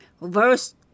verse